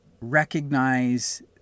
recognize